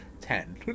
ten